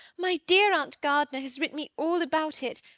my dear aunt gardiner has written me all about it.